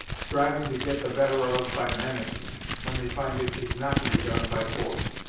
striving to get the better of us by management, when they find it is not to be done by force.